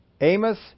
Amos